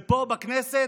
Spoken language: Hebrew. ופה בכנסת